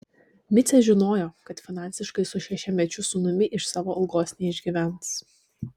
micė žinojo kad finansiškai su šešiamečiu sūnumi iš savo algos neišgyvens